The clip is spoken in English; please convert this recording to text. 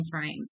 frame